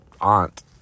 aunt